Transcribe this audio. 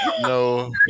no